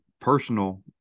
personal